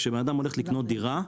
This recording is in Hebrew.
כשבן-הולך לקנות דירה,